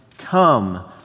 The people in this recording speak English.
Come